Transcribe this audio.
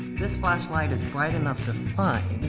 this flashlight is bright enough to find.